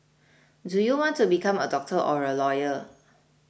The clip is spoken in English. do you want to become a doctor or a lawyer